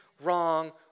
wrong